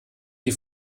die